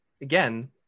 again